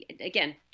Again